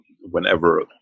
whenever